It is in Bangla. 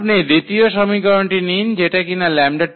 আপনি দ্বিতীয় সমীকরণটি নিন যেটা কিনা